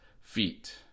feet